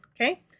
Okay